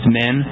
men